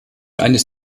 eines